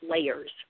layers